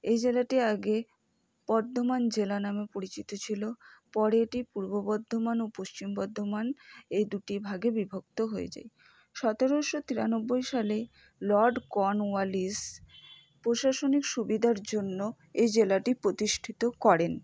এই জেলাটি আগে বর্ধমান জেলা নামে পরিচিত ছিল পরে এটি পূর্ব বর্ধমান ও পশ্চিম বর্ধমান এই দুটি ভাগে বিভক্ত হয়ে যায় সতেরোশো তিরানব্বই সালে লর্ড কর্নওয়ালিস প্রশাসনিক সুবিধার জন্য এই জেলাটি প্রতিষ্ঠিত করেন